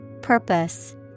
Purpose